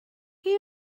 chi